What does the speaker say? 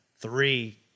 three